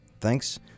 Thanks